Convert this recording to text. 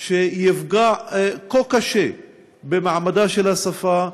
שיפגע כה קשה במעמדה של השפה,